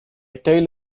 tale